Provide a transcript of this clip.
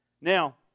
Now